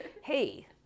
hey